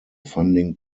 funding